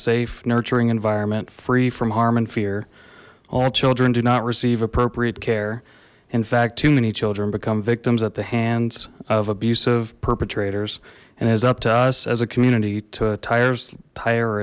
safe nurturing environment free from harm and fear all children do not receive appropriate care in fact too many children become victims at the hands of abusive perpetrators and is up to us as a community to tires tire